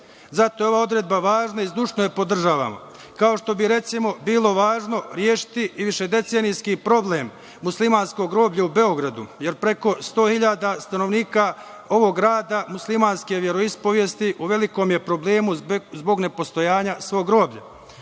je ova odredba važna i zdušno je podržavamo, kao što bi recimo bilo važno rešiti i višedecenijski problem, muslimansko groblje u Beogradu, jer preko 100.000 stanovnika ovog grada muslimanske veroispovesti u velikom je problemu zbog nepostojanja svog groblja. Takođe